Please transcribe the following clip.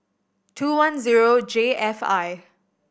two one zero J F I